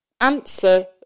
answer